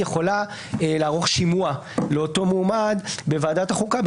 יכולה לערוך שימוע לאותו מועמד בוועדת החוקה,